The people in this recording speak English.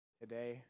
today